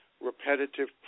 repetitive